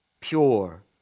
pure